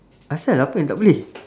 asal apa yang tak boleh